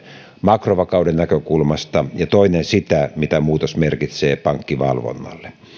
makrovakauden näkökulmasta ja toinen sitä mitä muutos merkitsee pankkivalvonnalle